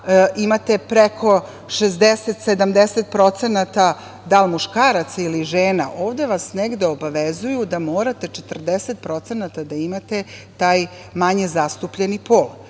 imate preko 60-70% da li muškaraca ili žena, ovde vas negde obavezuju da morate 40% da imate taj manje zastupljeni pol.